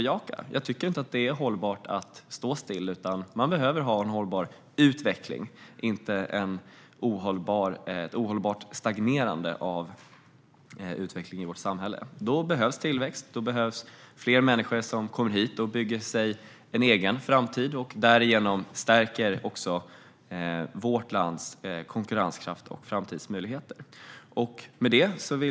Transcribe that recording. Jag tycker inte att det är hållbart att stå still, utan samhället behöver ha en hållbar utveckling, inte en ohållbar stagnation. Då behövs tillväxt och fler människor som kommer hit och bygger sig en framtid. Därigenom stärks vårt lands konkurrenskraft och framtidsmöjligheter.